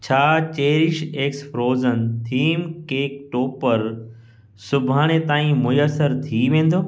छा cherish X frozen theme cake topper सुभाणे ताईं मुयसरु थी वेंदो